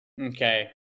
Okay